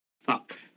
Fuck